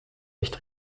nicht